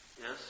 Yes